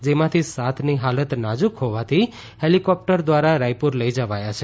જેમાંથી સાતની હાલત નાજુક હોવાથી હેલીકોપ્ટર દ્વારા રાયપુર લઈ જવાયા છે